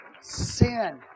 Sin